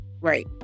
Right